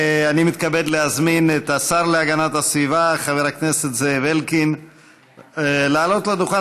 אני מתכבד להזמין את השר להגנת הסביבה חבר הכנסת זאב אלקין לעלות לדוכן